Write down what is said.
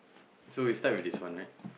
so we start with this one right